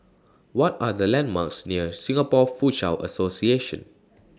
What Are The landmarks near Singapore Foochow Association